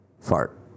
fart